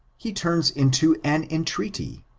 he turns into an entreaty,